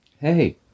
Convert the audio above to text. Hey